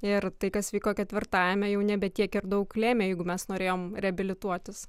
ir tai kas įvyko ketvirtajame jau nebe tiek ir daug lėmė jeigu mes norėjom reabilituotis